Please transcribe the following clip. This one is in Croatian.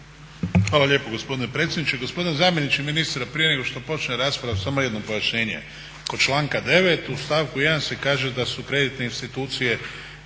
Hvala lijepo gospodine predsjedniče. Gospodine zamjeniče ministra, prije nego što počne rasprava samo jedno pojašnjenje. Kod članka 9. u stavku 1. se kaže da su kreditne institucije